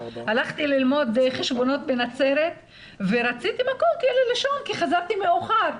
הלכתי ללמוד חשבונאות בנצרת ורציתי מקום לישון כי חזרתי מאוחר.